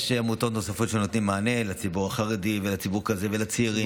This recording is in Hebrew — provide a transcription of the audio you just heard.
שתשים לב שכל האוכלוסייה מקבלת,